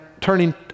turning